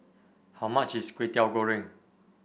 how much is Kwetiau Goreng